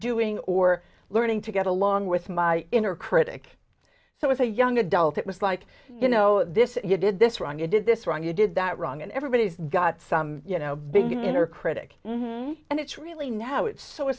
subduing or learning to get along with my inner critic so as a young adult it was like you know this you did this wrong you did this wrong you did that wrong and everybody's got some you know a big inner critic and it's really now it's so